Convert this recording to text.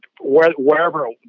wherever